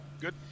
Good